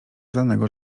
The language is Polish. lanego